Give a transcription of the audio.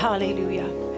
hallelujah